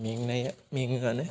मेंनाया मेङोआनो